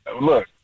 Look